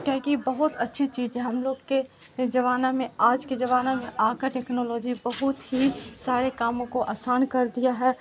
کاہے کہ بہت اچھی چیز ہے ہم لوگ کے زمانہ میں آج کے زمانہ میں آ کر ٹیکنالوجی بہت ہی سارے کاموں کو آسان کر دیا ہے